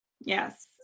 Yes